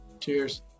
Cheers